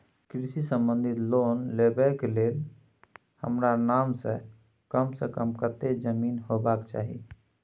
कृषि संबंधी लोन लेबै के के लेल हमरा नाम से कम से कम कत्ते जमीन होबाक चाही?